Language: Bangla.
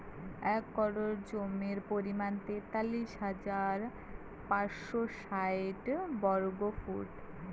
এক একর জমির পরিমাণ তেতাল্লিশ হাজার পাঁচশ ষাইট বর্গফুট